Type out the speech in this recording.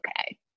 okay